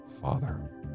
Father